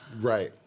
Right